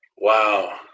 Wow